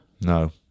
No